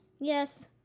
Yes